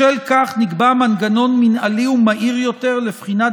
בשל כך נקבע מנגנון מינהלי ומהיר יותר לבחינת